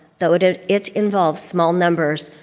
though it ah it involves small numbers,